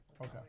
Okay